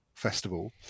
Festival